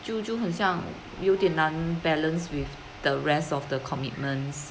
就就很像有点难 balance with the rest of the commitments